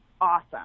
awesome